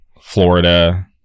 florida